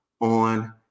on